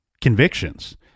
Convictions